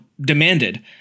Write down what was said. demanded